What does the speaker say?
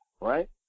right